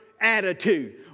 attitude